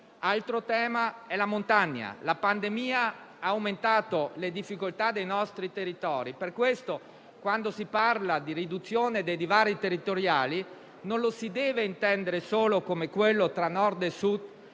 Altro tema è la montagna. La pandemia ha aumentato le difficoltà dei nostri territori. Per questo, quando si parla di riduzione dei divari territoriali, non lo si deve intendere solo come quello tra Nord e Sud,